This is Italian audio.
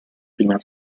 prima